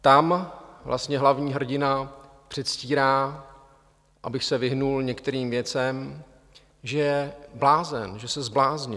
Tam vlastně hlavní hrdina předstírá, aby se vyhnul některým věcem, že je blázen, že se zbláznil.